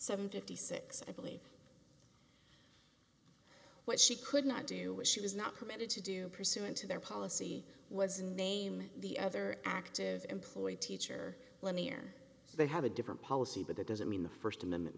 fifty six i believe what she could not do what she was not permitted to do pursuant to their policy was a name the other active employed teacher let me or they have a different policy but that doesn't mean the st amendment